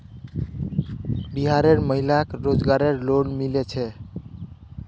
बिहार र महिला क रोजगार रऐ लोन मिल छे